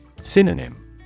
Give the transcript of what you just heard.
Synonym